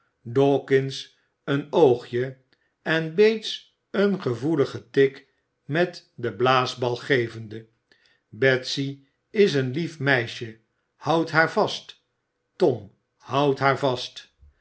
dawkins een oogje en bates een gevoeügen tik met den blaasbalg gevende betsy is een lief meisje houd haar vast tom houd haar vast